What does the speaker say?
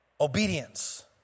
Obedience